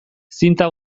zinta